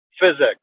physics